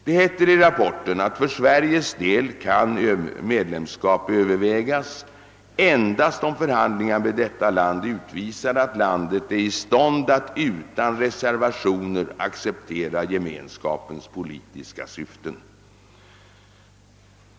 Det heter i rapporten att för Sveriges del kan medlemskap övervägas endast om förhandlingar med detta land utvisar att landet är i stånd att utan reservationer acceptera Gemenskapens politiska syften.